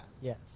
Yes